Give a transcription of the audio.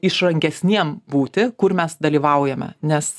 išrankesniem būti kur mes dalyvaujame nes